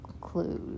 Clues